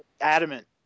adamant